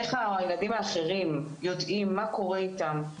איך הילדים האחרים יודעים מה קורה איתם?